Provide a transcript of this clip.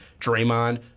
Draymond